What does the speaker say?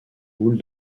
boule